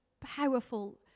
powerful